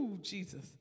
Jesus